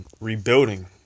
rebuilding